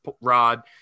rod